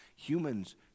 Humans